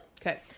Okay